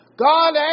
God